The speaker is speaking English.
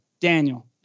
Daniel